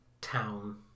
town